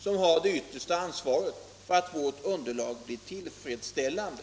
som har det yttersta ansvaret för att vårt underlag blir tillfredsställande.